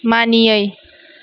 मानियै